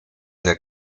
der